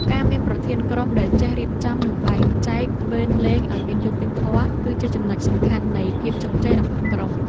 ការមានប្រធានក្រុមដែលចេះរៀបចំ និងបែងចែកវេនលេងឱ្យមានយុត្តិធម៌ គឺជាចំណុចសំខាន់នៃភាពជោគជ័យរបស់ក្រុម។